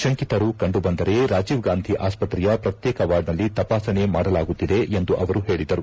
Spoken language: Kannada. ಶಂಕಿತರು ಕಂಡುಬಂದರೆ ರಾಜೀವ್ ಗಾಂಧಿ ಆಸ್ವತ್ರೆಯ ಪ್ರತ್ಯೇಕ ವಾರ್ಡ್ನಲ್ಲಿ ತಪಾಸಣೆ ಮಾಡಲಾಗುತ್ತಿದೆ ಎಂದು ಅವರು ಹೇಳಿದರು